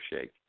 shake